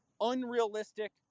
unrealistic